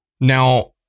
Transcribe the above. Now